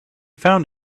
found